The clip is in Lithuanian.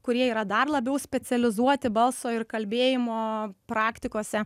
kurie yra dar labiau specializuoti balso ir kalbėjimo praktikose